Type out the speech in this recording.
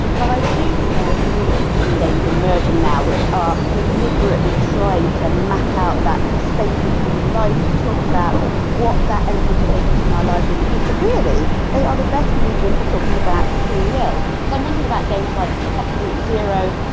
but i do think there are really interesting games emerging now which are deliberately trying to map out that space of human life, to talk about what that element of choice in our lives really means. really they are the best medium medium for talking about free will. so i'm thinking about games like kentucky route zero,